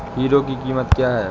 Hero की कीमत क्या है?